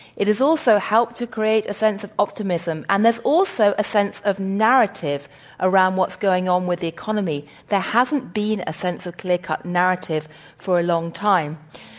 it has also helped to create a sense of optimism, and there's also a sense of narrative around what's going on with the economy. there hasn't been a sense of clear-cut narrative for a long time.